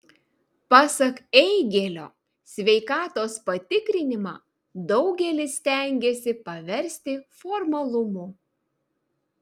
pasak eigėlio sveikatos patikrinimą daugelis stengiasi paversti formalumu